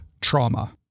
trauma